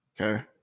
okay